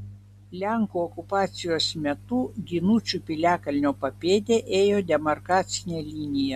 lenkų okupacijos metu ginučių piliakalnio papėde ėjo demarkacinė linija